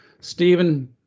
Stephen